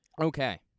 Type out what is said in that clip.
Okay